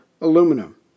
aluminum